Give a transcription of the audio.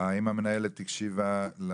מנהלת הוועדה,